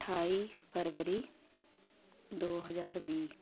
ਅਠਾਈ ਫਰਵਰੀ ਦੋ ਹਜ਼ਾਰ ਵੀਹ